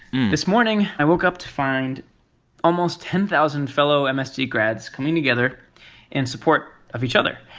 this morning, i woke up to find almost ten thousand fellow and msd grads coming together in support of each other.